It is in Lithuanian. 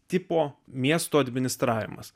tipo miesto administravimas